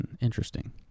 Interesting